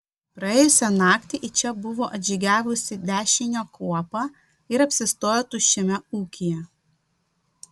praėjusią naktį į čia buvo atžygiavusi dešinio kuopa ir apsistojo tuščiame ūkyje